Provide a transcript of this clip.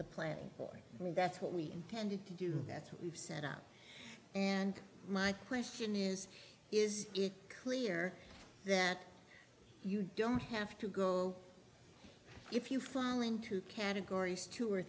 the planning for me that's what we intended to do that's what we've set up and my question is is it clear that you don't have to go if you fall into categories two or